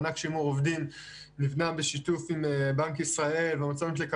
החל מאיזה עובד זה נחשב שימור עובדים זו פונקציה של עומק הפגיעה של אותו